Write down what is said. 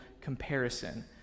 comparison